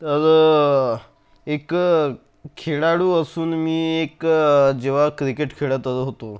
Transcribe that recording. तर एक खेळाडू असून मी एक जेव्हा क्रिकेट खेळत होतो